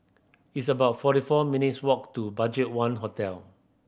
it's about forty four minutes' walk to BudgetOne Hotel